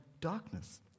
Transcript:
darkness